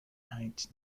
heights